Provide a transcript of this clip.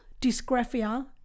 dysgraphia